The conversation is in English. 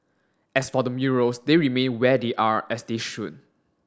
as for the murals they remain where they are as they should